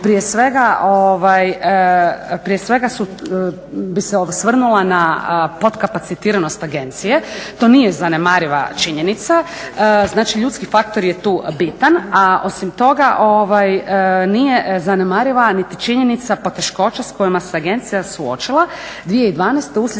prije svega bi se osvrnula na podkapacitiranost agencije, to nije zanemariva činjenica, znači ljudski faktor je tu bitan, a osim toga nije zanemariva niti činjenica, poteškoća s kojima se agencija suočila